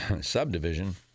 subdivision